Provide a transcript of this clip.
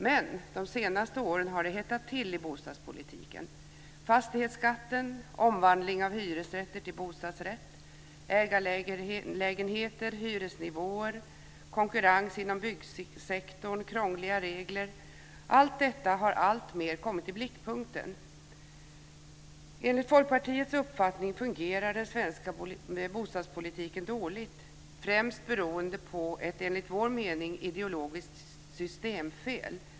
Men de senaste åren har det hettat till i bostadspolitiken: fastighetsskatten, omvandling av hyresrätter till bostadsrätt, ägarlägenheter, hyresnivåer, konkurrens inom byggsektorn, krångliga regler - allt detta har alltmer kommit i blickpunkten. Enligt Folkpartiets uppfattning fungerar den svenska bostadspolitiken dåligt - främst beroende på ett, enligt vår mening, ideologiskt systemfel.